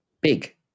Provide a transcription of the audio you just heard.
Big